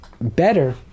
better